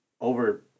over